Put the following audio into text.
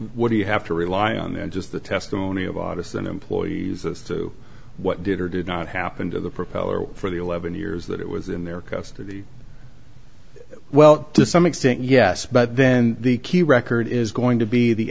what do you have to rely on than just the testimony of august and employees as to what did or did not happen to the propeller for the eleven years that it was in their custody well to some extent yes but then the key record is going to be the